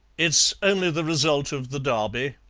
it's only the result of the derby,